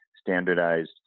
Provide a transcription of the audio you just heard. standardized